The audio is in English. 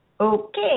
Okay